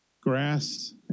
grass